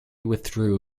withdrew